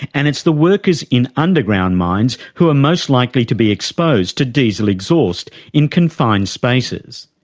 and it's the workers in underground mines who are most likely to be exposed to diesel exhaust in confined spaces.